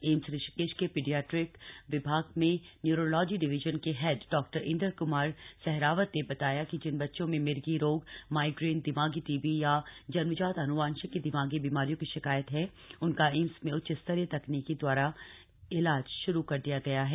AIIMS Rishikesh के paediatric विभाग में न्यूरोलॉजी डिवीजन के हेड डॉ इन्द्र क्मार सहरावत ने बताया कि जिन बच्चों में मिर्गी रोग माईग्रेन दिमागी टीबी या जन्मजात आनुवांशिक दिमागी बीमारियों की शिकायत है उनका एम्स में उच्च स्तरीय तकनीक द्वारा इलाज श्रू कर दिया गया है